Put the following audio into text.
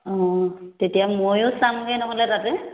অঁ তেতিয়া ময়ো চামগৈ নহ'লে তাতে